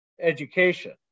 education